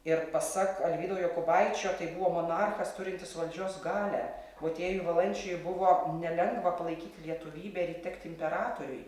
ir pasak alvydo jokubaičio tai buvo monarchas turintis valdžios galią motiejui valančiui buvo nelengva palaikyt lietuvybę ir įtikt imperatoriui